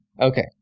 Okay